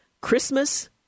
Christmas